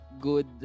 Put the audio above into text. good